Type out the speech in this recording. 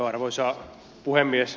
arvoisa puhemies